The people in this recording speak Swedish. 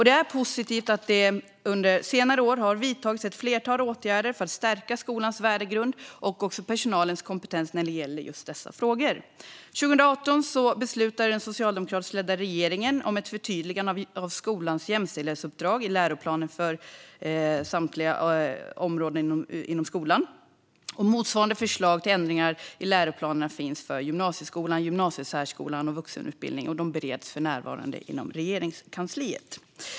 Det är positivt att det under senare år har vidtagits ett flertal åtgärder för att stärka skolans värdegrund och personalens kompetens när det gäller dessa frågor. År 2018 fattade den socialdemokratiskt ledda regeringen beslut om ett förtydligande av skolans jämställdhetsuppdrag i läroplanerna för samtliga områden inom skolan. Motsvarande förslag till ändringar i läroplanerna finns för gymnasieskolan, gymnasiesärskolan och vuxenutbildningen. De bereds för närvarande inom Regeringskansliet.